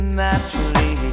naturally